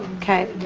okay.